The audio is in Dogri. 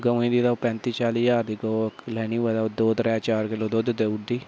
गमै दी तां पैंती चाल्ली ज्हार दी गौ लैनी होए ते ओह् दो त्रै चार किल्लो दूद्ध देऊड़दी